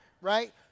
right